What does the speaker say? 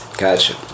Gotcha